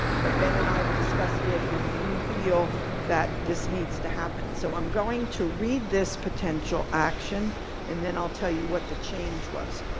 but ben and i have discussed it and we feel that this needs to happen. so i'm going to read this potential action and then i'll tell you what the change was.